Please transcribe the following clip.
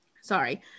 sorry